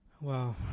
Wow